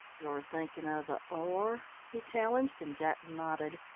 you're thinking of the or? he challenged, and jack nodded.